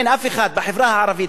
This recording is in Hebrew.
אין אף אחד בחברה הערבית,